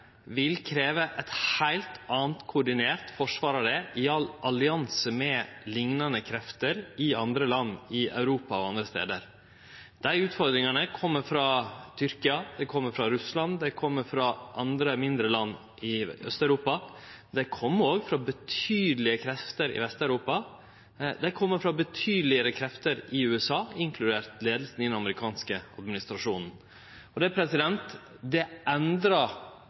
vil krevje eit heilt anna koordinert forsvar av det, i allianse med liknande krefter i andre land i Europa og andre stader. Dei utfordringane kjem frå Tyrkia, dei kjem frå Russland, og dei kjem frå andre, mindre land i Aust-Europa. Dei kjem òg frå betydelege krefter i Vest-Europa, og dei kjem frå betydelege krefter i USA, inkludert leiinga i den amerikanske administrasjonen. Og det